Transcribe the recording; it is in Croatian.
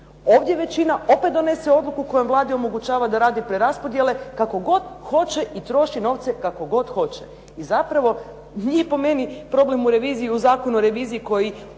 ovdje većina opet donese odluku koja Vladi omogućava da radi preraspodjele kako god hoće i troši novce kako god hoće. I zapravo nije po meni problem u reviziji, u Zakonu o reviziji koji